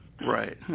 right